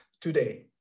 today